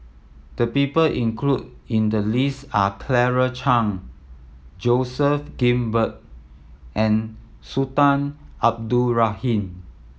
the people include in the list are Claire Chiang Joseph Grimberg and Sultan Abdul Rahman